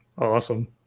Awesome